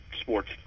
sports